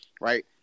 right